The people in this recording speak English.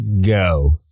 Go